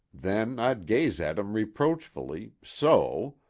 then i'd gaze at him reproachfully, so,